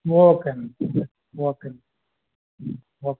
okay అండి okay అండి okay